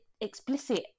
explicit